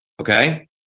okay